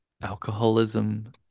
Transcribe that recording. alcoholism